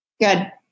Good